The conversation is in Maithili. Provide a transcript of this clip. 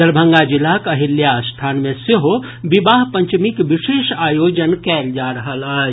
दरभंगा जिलाक अहिल्या स्थान मे सेहो विवाह पंचमीक विशेष आयोजन कयल जा रहल अछि